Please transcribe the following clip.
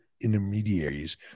intermediaries